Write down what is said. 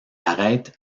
arrêtent